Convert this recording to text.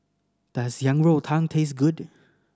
does Yang Rou Tang taste good